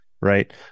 right